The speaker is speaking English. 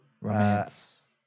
Romance